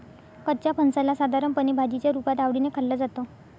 कच्च्या फणसाला साधारणपणे भाजीच्या रुपात आवडीने खाल्लं जातं